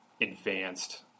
advanced